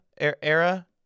era